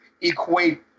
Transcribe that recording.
equate